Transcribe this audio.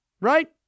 Right